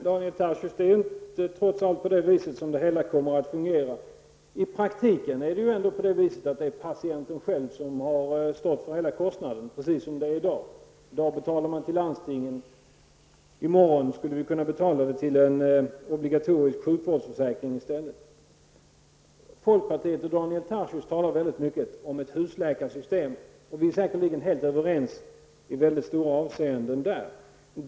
Herr talman! Det är ju trots allt inte på det viset som det hela kommer att fungera. I praktiken är det ju ändå patienten själv som har stått för hela kostnaden, precis som det är i dag. I dag betalar man till landstingen, i morgon skulle man kunna betala till en obligatorisk sjukvårdsförsäkring i stället. Folkpartiet och Daniel Tarschys talar mycket om ett husläkarsystem. Där är vi säkerligen i långa stycken helt överens.